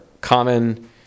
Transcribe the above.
common